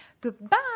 goodbye